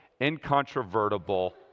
incontrovertible